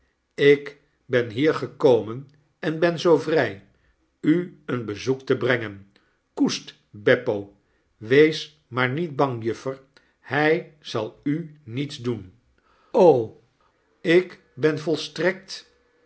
ik ben bier gekomen en ben zoo vry u een bezoek te brengen koest beppo wees maar niet bang juffer hjj zal u niets doen ik ben volstrekt